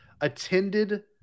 attended